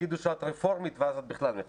מתווה שאתם עשיתם.